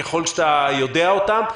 ככל שאתה יודע אותם?